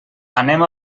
anem